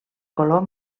color